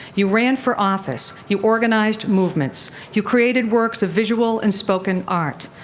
you ran for office, you organized movements, you created works of visual and spoken art.